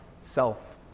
self